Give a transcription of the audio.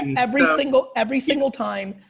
and every single every single time,